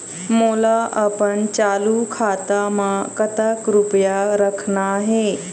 मोला अपन चालू खाता म कतक रूपया रखना हे?